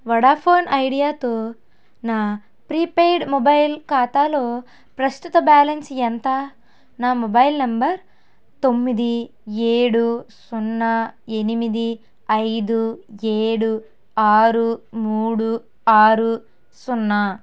Vodafone ఐడియాతో నా prepaid mobile ఖాతాలో ప్రస్తుత బ్యాలెన్స్ ఎంత నా మొబైల్ నంబర్ తొమ్మిది ఏడు సున్నా ఎనిమిది ఐదు ఏడు ఆరు మూడు ఆరు సున్నా